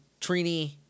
Trini